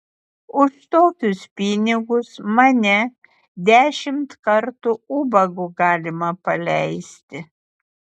už tokius pinigus mane dešimt kartų ubagu galima paleisti